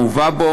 המובא בו,